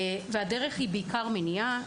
הטיפול הראוי הוא בעיקר מניעה.